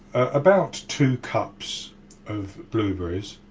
about two cups of blueberries.